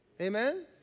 Amen